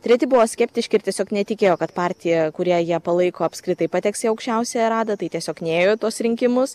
treti buvo skeptiški ir tiesiog netikėjo kad partija kurią jie palaiko apskritai pateks į aukščiausiąją radą tai tiesiog nėjo į tuos rinkimus